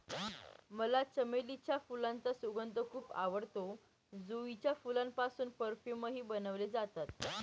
मला चमेलीच्या फुलांचा सुगंध खूप आवडतो, जुईच्या फुलांपासून परफ्यूमही बनवले जातात